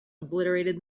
obliterated